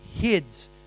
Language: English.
heads